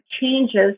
changes